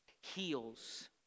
Heals